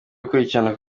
akurikirana